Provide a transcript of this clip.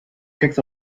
kicks